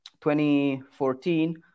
2014